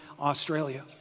Australia